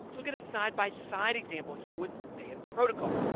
let's look at a side by side example here with band protocol.